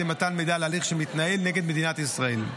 במתן מידע על הליך שמתנהל נגד מדינת ישראל.